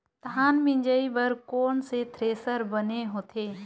धान मिंजई बर कोन से थ्रेसर बने होथे?